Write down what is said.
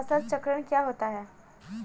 फसल चक्रण क्या होता है?